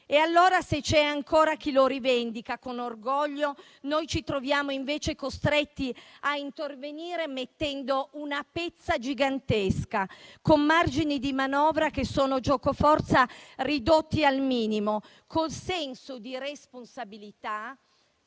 E allora, se c'è ancora chi lo rivendica con orgoglio, noi ci troviamo invece costretti a intervenire mettendo una pezza gigantesca, con margini di manovra che sono giocoforza ridotti al minimo, con il senso di responsabilità,